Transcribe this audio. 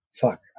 fuck